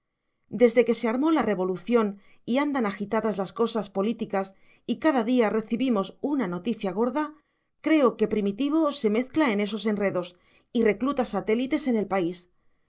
desde que se armó la revolución y andan agitadas las cosas políticas y cada día recibimos una noticia gorda creo que primitivo se mezcla en esos enredos y recluta satélites en el país